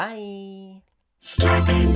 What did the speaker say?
Bye